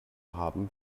haben